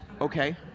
Okay